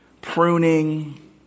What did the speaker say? pruning